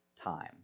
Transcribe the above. Time